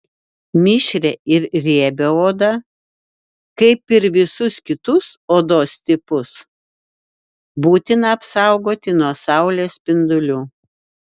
mišrią ir riebią odą kaip ir visus kitus odos tipus būtina apsaugoti nuo saulės spindulių